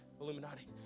illuminati